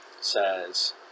says